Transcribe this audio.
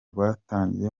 twatangiye